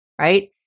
right